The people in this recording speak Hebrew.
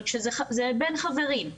אבל זה בין חברים,